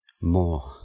more